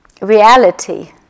reality